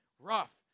rough